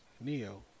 Neo